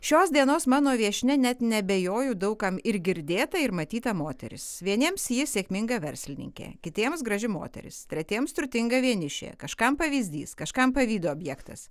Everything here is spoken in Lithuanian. šios dienos mano viešnia net neabejoju daug kam ir girdėta ir matyta moteris vieniems ji sėkminga verslininkė kitiems graži moteris tretiems turtinga vienišė kažkam pavyzdys kažkam pavydo objektas